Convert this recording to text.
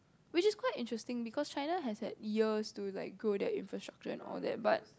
which is quite interesting because China has like years to like grow their infrastructure and all that but